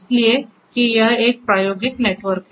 इसलिए कि यह एक प्रायोगिक नेटवर्क है